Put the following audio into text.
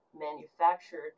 manufactured